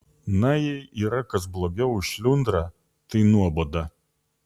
na jei yra kas blogiau už šliundrą tai nuoboda